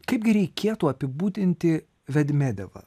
kaipgi reikėtų apibūdinti vedmedevą